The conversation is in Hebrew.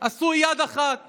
עשו יד אחת